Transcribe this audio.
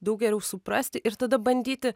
daug geriau suprasti ir tada bandyti